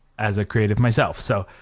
as a creative myself. so,